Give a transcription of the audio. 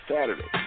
Saturday